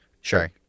sure